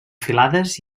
filades